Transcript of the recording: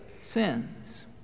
sins